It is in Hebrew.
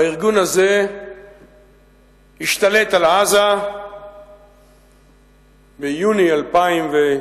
הארגון הזה השתלט על עזה ביוני 2007,